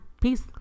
peace